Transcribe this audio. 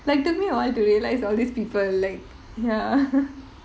like took me awhile to realise all these people like ya